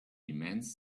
immense